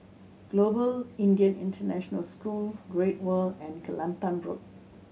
Global Indian International School Great World and Kelantan Road